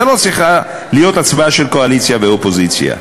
זו לא צריכה להיות הצבעה של קואליציה ואופוזיציה.